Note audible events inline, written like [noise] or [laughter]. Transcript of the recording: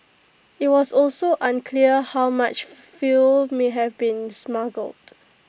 IT was also unclear how much [noise] fuel may have been smuggled